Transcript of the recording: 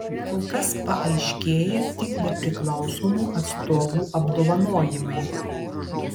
kol kas paaiškėję tik nepriklausomų atstovų apdovanojimai